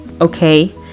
okay